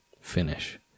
finish